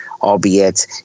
albeit